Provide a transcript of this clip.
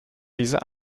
diese